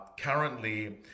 currently